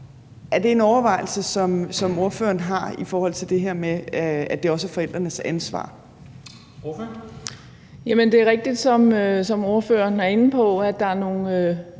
Er det en overvejelse, som ordføreren har i forhold til det her med, at det også er forældrenes ansvar? Kl. 11:02 Formanden (Henrik Dam Kristensen):